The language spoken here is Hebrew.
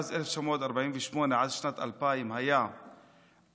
מאז 1948 עד שנת 2000 היה 4.9%,